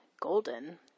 golden